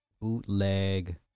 bootleg